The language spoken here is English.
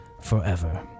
forever